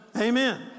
Amen